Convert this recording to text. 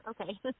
Okay